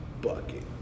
Bucket